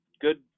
good